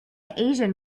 asian